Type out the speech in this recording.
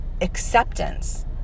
acceptance